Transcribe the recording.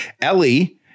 Ellie